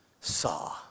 saw